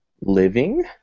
living